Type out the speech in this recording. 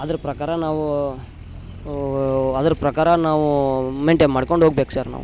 ಅದ್ರ ಪ್ರಕಾರ ನಾವು ಅದ್ರ ಪ್ರಕಾರ ನಾವು ಮೆಂಟೇನ್ ಮಾಡ್ಕೊಂಡು ಹೋಗ್ಬೇಕು ಸರ್ ನಾವು